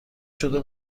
شده